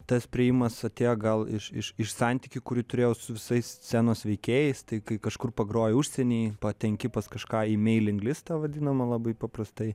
tas priėjimas atėjo gal iš iš iš santykių kurių turėjau su visais scenos veikėjais tai kai kažkur pagroji užsieny patenki pas kažką į meiling listą vadinamą labai paprastai